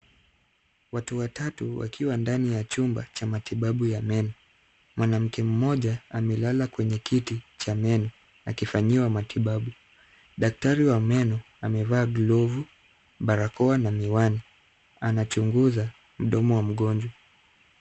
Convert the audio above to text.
Watu watatu wakiwa ndani ya chumba cha matibabu ya meno. Mwanamke mmoja amelala kwenye kiti cha meno akifanyiwa matibabu. Daktari wa meno amevaa glovu, barakoa na miwani. Anachunguza mdomo wa mgonjwa.